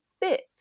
bit –